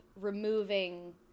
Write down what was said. removing